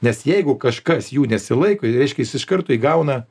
nes jeigu kažkas jų nesilaiko reiškia jis iš karto įgauna